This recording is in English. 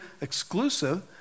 exclusive